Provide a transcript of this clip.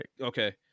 Okay